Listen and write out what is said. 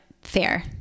Fair